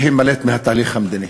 להימלט מהתהליך המדיני.